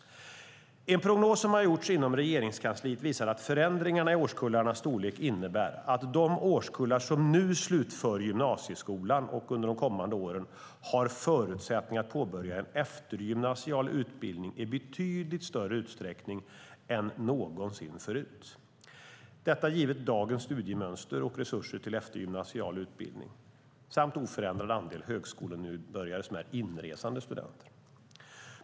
En prognos som har gjorts inom Regeringskansliet visar att förändringarna i årskullarnas storlek innebär att de årskullar som nu och under de kommande åren slutför gymnasieskolan har förutsättning att påbörja en eftergymnasial utbildning i betydligt större utsträckning än någonsin förut - detta givet dagens studiemönster och resurser för eftergymnasial utbildning samt oförändrad andel högskolenybörjare som är inresande studenter.